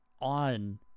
on